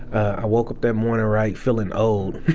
i woke up that morning, right, feeling old